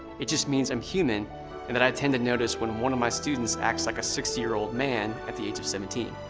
it just means i'm human and that i tend to notice when one of my students acts like a sixty year old man at the age of seventeen,